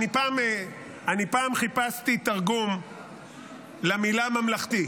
אני פעם חיפשתי תרגום למילה "ממלכתי",